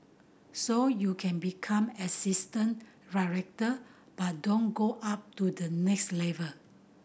so you can become assistant but don't go up to the next level